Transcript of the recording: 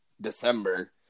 December